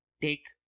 take